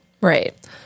Right